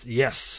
yes， (